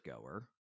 goer